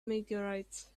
meteorites